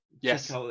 Yes